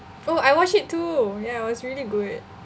oh I watch it too ya it was really good